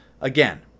Again